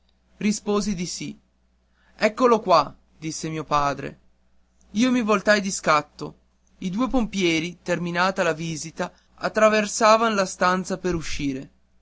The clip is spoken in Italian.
risposi di sì eccolo qua disse mio padre io mi voltai di scatto i due pompieri terminata la visita attraversavan la stanza per uscire